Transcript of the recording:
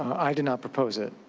i did not propose it.